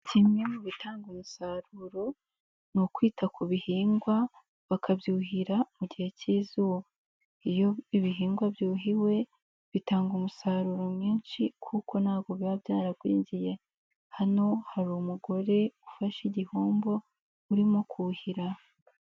Kimwe mu bitanga umusaruro ni ukwita ku bihingwa bakabyuhira mu gihe cy'izuba, iyo ibihingwa byuhiwe bitanga umusaruro mwinshi kuko ntgo biba byaragwingiye, hano hari umugore ufashe igihombo urimo kuhira.